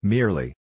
Merely